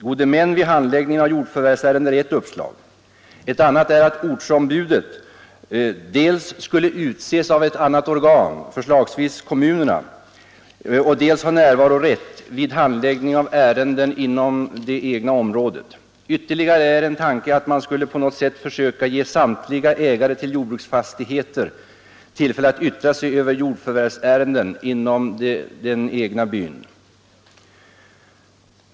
Gode män vid handläggningen av jordförvärvsärenden är ett uppslag, ett annat är att ortsombudet dels skulle utses av annat organ än lantbruksnämnden, förslagsvis av kommunerna, dels ha närvarorätt vid handläggning av ärenden inom det egna området. Ytterligare en tanke är att man skulle på något sätt försöka ge samtliga ägare till jordbruksfastigheter tillfälle att yttra sig om jordförvärvsärenden inom den egna byn.